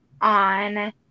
on